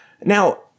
Now